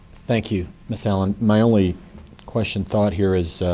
thank you, miss allen. my only question thought here is